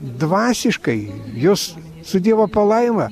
dvasiškai juos su dievo palaima